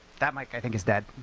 that mic, i think is dead.